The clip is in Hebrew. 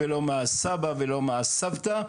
לא מהסבא ולא מהסבתא,